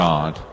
God